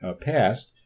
passed